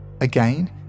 Again